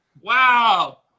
Wow